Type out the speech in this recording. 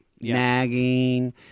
nagging